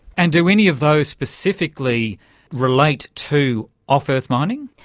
and do any of those specifically relate to off-earth mining?